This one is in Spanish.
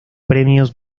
premios